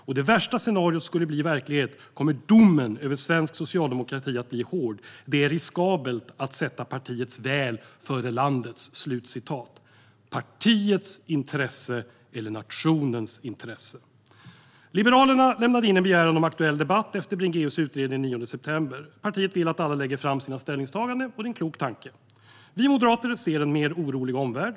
Om det värsta scenariot skulle bli verklighet kommer domen över svensk socialdemokrati att bli hård. Det är riskabelt att sätta partiets väl före landets." Handlar det om partiets intresse eller nationens intresse? Liberalerna lämnade in en begäran om aktuell debatt efter att Bringéus utredning kom den 9 september. Partiet vill att alla lägger fram sina ställningstaganden. Det är en klok tanke. Vi moderater ser en mer orolig omvärld.